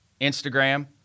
Instagram